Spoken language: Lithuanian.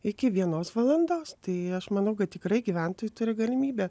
iki vienos valandos tai aš manau kad tikrai gyventojai turi galimybę